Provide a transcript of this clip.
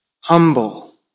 Humble